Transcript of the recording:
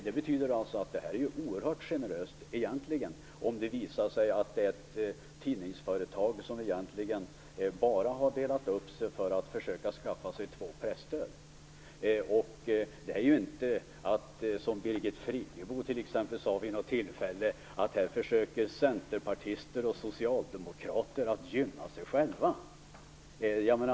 Det betyder att det här egentligen är oerhört generöst om det visar sig att finns tidningsföretag som bara har delat upp sig för att försöka skaffa sig två presstöd. Det är inte så, som Birgit Friggebo t.ex. sade vid något tillfälle, att centerpartister och socialdemokrater här försöker gynna sig själva.